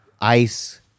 Ice